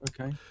Okay